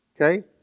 okay